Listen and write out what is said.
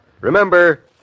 Remember